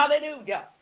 hallelujah